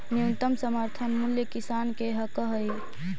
न्यूनतम समर्थन मूल्य किसान के हक हइ